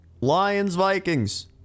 Lions-Vikings